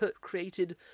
created